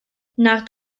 nad